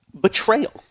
Betrayal